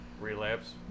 Relapse